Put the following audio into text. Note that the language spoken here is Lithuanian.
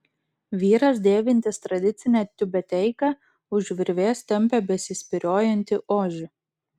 vyras dėvintis tradicinę tiubeteiką už virvės tempia besispyriojantį ožį